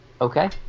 Okay